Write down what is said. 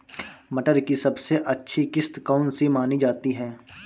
मटर की सबसे अच्छी किश्त कौन सी मानी जाती है?